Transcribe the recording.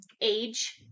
age